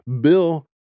Bill